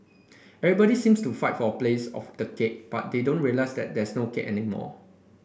everybody seems to fight for place of the cake but they don't realise that there is no cake anymore